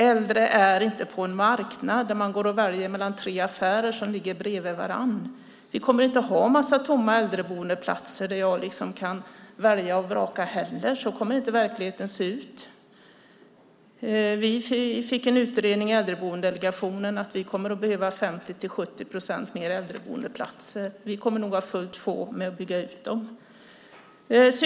Äldre är inte på en marknad där man går och väljer mellan tre affärer som ligger bredvid varandra. Vi kommer inte att ha en massa tomma äldreboendeplatser där jag kan välja och vraka heller. Så kommer inte verkligheten att se ut. Vi fick en utredning i Äldreboendedelegationen som sade att vi kommer att behöva 50-70 procent mer äldreboendeplatser. Vi kommer nog att ha fullt sjå med att bygga ut dem.